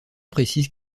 précise